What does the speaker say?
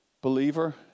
Believer